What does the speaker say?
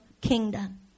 kingdom